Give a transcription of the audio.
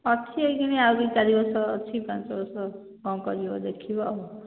ଅଛି ଏହିକ୍ଷଣି ଆଉ ଦୁଇ ଚାରି ବର୍ଷ ଅଛି ପାଞ୍ଚ ବର୍ଷ କ'ଣ କରିବ ଦେଖିବା ଆଉ